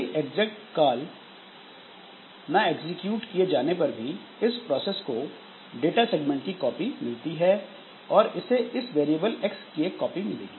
कोई "exec" call ना execute किए जाने पर भी इस प्रोसेस को डाटा सेगमेंट की कॉपी मिलती है और इसे इस वेरिएबल एक्स की एक कॉपी मिलेगी